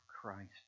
Christ